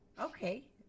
Okay